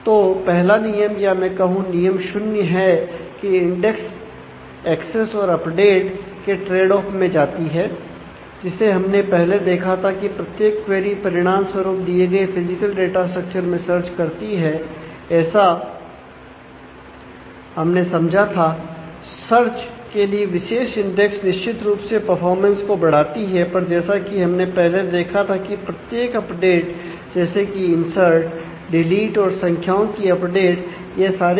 तो पहला नियम या मैं कहूं नियम 0 है कि इंडेक्स की अपडेट करेंगे